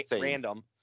random